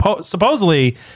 supposedly